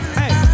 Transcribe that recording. hey